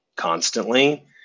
constantly